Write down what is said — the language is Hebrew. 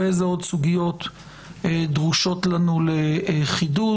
ואיזה עוד סוגיות דרושות לנו לחידוד.